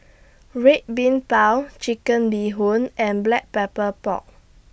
Red Bean Bao Chicken Bee Hoon and Black Pepper Pork